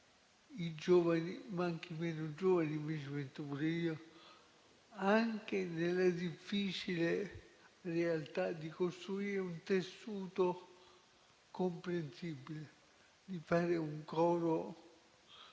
i giovani ma anche i meno giovani (mi ci metto pure io), anche nella difficile realtà di costruire un tessuto comprensibile, di fare un coro